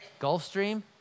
Gulfstream